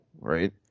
right